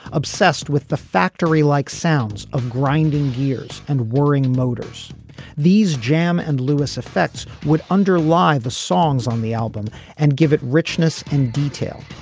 obsessed with the factory like sounds of grinding gears and whirring motors these jam and lewis effects would underlie the songs on the album and give it richness and detail.